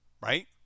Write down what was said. Right